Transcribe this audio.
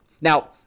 Now